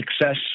success